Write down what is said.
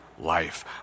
life